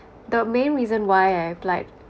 the main reason why I applied